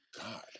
god